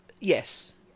Yes